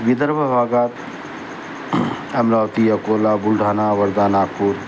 विदर्भ भागात अमरावती अकोला बुलढाणा वर्धा नागपूर